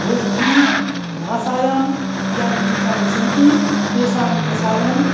भोजपुरीभाषायां यानि गीतानि सन्ति तेषां प्रसारणं